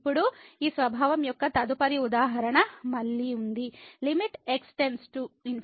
ఇప్పుడు ఈ స్వభావం యొక్క తదుపరి ఉదాహరణ మళ్ళీ ఉంది x ∞ x 1ln